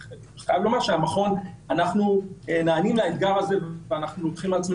אנחנו נענים לאתגר ואנחנו לוקחים על עצמנו